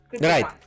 right